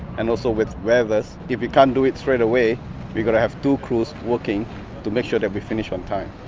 and also with weather if you can't do it straight away because i have two crews working to make sure to be finish on time.